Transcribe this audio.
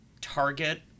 Target